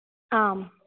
आम्